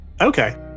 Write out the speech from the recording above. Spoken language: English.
Okay